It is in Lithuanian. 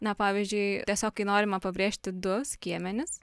na pavyzdžiui tiesiog kai norima pabrėžti du skiemenis